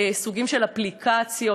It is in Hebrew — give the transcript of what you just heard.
סוגים של אפליקציות.